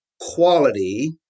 quality